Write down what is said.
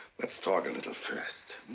let's talk a little first,